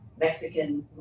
Mexican